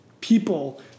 people